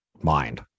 mind